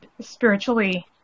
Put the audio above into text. spiritually